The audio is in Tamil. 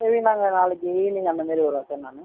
சரி நாங்கள் நாளைக்கு ஈவினிங் அந்த மாதிரி வரோம் சார் நான்